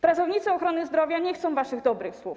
Pracownicy ochrony zdrowia nie chcą waszych dobrych słów.